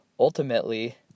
Ultimately